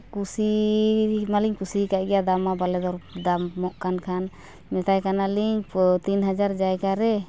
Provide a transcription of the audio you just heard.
ᱠᱩᱥᱤ ᱢᱟᱹᱞᱤᱧ ᱠᱩᱥᱤ ᱠᱟᱜ ᱜᱮᱭᱟ ᱫᱟᱢ ᱢᱟ ᱵᱟᱞᱮ ᱫᱚᱨ ᱫᱟᱢᱚᱜ ᱠᱟᱱ ᱠᱷᱟᱱ ᱢᱮᱛᱟᱭ ᱠᱟᱱᱟᱞᱤᱧ ᱛᱚ ᱛᱤᱱ ᱦᱟᱡᱟᱨ ᱡᱟᱭᱜᱟ ᱨᱮ